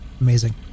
amazing